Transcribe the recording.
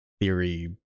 theory